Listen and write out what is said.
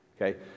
okay